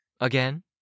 Again